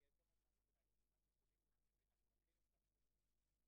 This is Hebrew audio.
יש טופס מסוים שהרופא צריך למלא או הוא רק אומר: טוב,